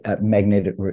magnetic